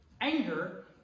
Anger